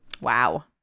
Wow